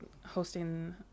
hosting